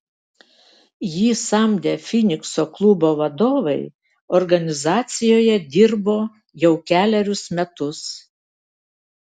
jį samdę finikso klubo vadovai organizacijoje dirbo jau kelerius metus